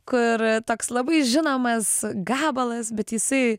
kur toks labai žinomas gabalas bet jisai